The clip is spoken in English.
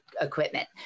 equipment